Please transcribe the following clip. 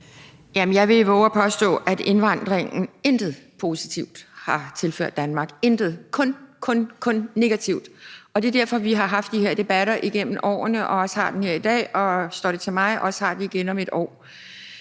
Jeg vil vove den påstand, at indvandringen intet positivt har tilført Danmark – intet – kun noget negativt, og det er derfor, vi har haft de her debatter gennem årene og også har den her i dag og, hvis det står til mig, også har den igen om et år.